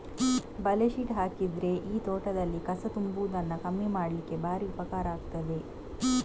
ಬಲೆ ಶೀಟ್ ಹಾಕಿದ್ರೆ ಈ ತೋಟದಲ್ಲಿ ಕಸ ತುಂಬುವುದನ್ನ ಕಮ್ಮಿ ಮಾಡ್ಲಿಕ್ಕೆ ಭಾರಿ ಉಪಕಾರ ಆಗ್ತದೆ